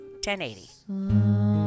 1080